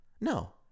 No